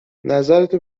نظرتو